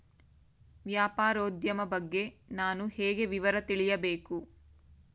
ವ್ಯಾಪಾರೋದ್ಯಮ ಬಗ್ಗೆ ನಾನು ಹೇಗೆ ವಿವರ ತಿಳಿಯಬೇಕು?